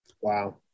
Wow